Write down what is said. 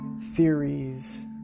theories